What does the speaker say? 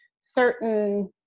certain